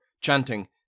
chanting